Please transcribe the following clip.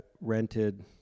rented